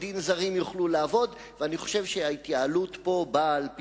מציע שבחוק ההתייעלות הבא יהיה